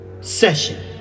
session